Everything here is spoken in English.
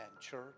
Church